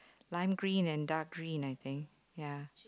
lime green and dark green I think ya